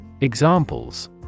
Examples